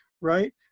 right